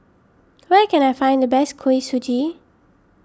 where can I find the best Kuih Suji